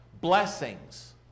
blessings